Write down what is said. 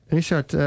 Richard